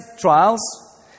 trials